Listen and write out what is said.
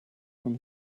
from